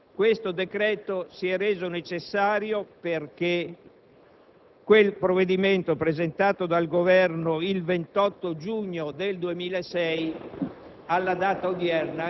Possiamo dire, comunque, che si raggiunge un risultato importante. Termino con una riflessione